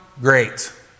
great